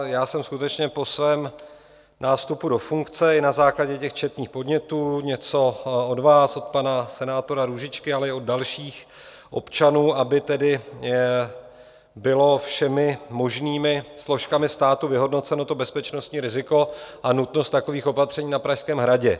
Já jsem skutečně po svém nástupu do funkce i na základě četných podnětů, něco od vás, od pana senátora Růžičky, ale i od dalších občanů, aby tedy bylo všemi možnými složkami státu vyhodnoceno bezpečnostní riziko a nutnost takových opatření na Pražském hradě.